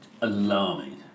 alarming